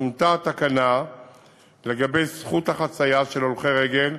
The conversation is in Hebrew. שונתה התקנה לגבי זכות החציה של הולכי רגל,